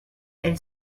elle